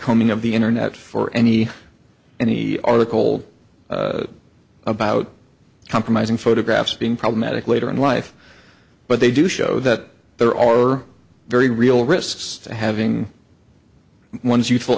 coming of the internet for any any article about compromising photographs being problematic later in life but they do show that there are are very real risks to having one's youthful